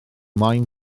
maen